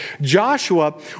Joshua